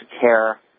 CARE